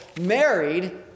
married